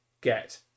get